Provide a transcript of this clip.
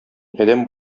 адәм